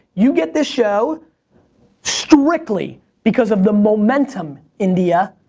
you get this show strictly because of the momentum, india,